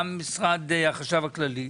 גם משרד החשב הכללי,